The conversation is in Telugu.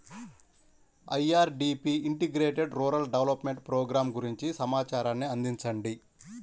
IRDP integrated rural development program గురించి సమాచారాన్ని అందించండి?